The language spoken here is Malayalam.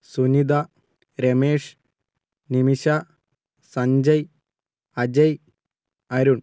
സുനിത രമേശ് നിമിഷ സഞ്ജയ് അജയ് അരുൺ